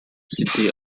city